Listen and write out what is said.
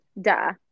Duh